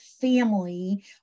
family